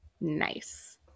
Nice